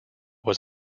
was